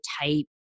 type